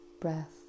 breath